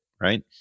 right